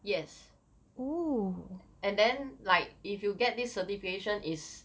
yes and then like if you get this certification is